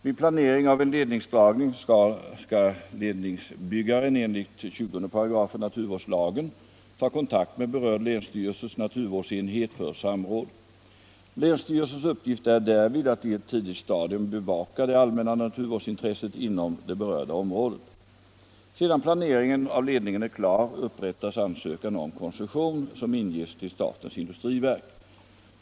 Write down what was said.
Vid planering av en ledningsdragning skall ledningsbyggaren enligt 20 § naturvårdslagen ta kontakt med berörd länsstyrelses naturvårdsenhet för samråd. Länsstyrelsens uppgift är därvid att i ett tidigt stadium bevaka det allmänna naturvårdsintresset inom det berörda området. Sedan planeringen av ledningen är klar upprättas ansökan om koncession som inges till statens industriverk.